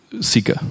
seeker